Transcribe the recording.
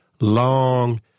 long